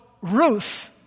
Ruth